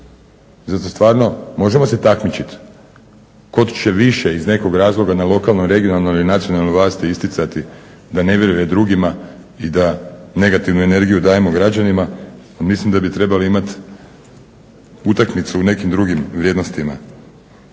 zato stvarno možemo se takmičiti tko će više iz nekog razloga na lokalnoj, regionalnoj ili nacionalnoj vlasti isticati da ne vjeruje drugima i da negativnu energiju dajemo građanima, mislim da bi trebali imat utakmicu u nekim drugim vrijednostima,